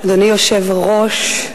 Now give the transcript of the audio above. אדוני היושב-ראש,